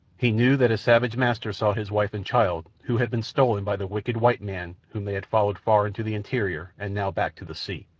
he knew that his savage master sought his wife and child who had been stolen by the wicked white man whom they had followed far into the interior and now back to the sea.